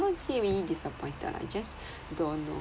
what's real disappointed ah I just don't know